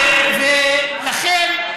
ולכן,